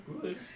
good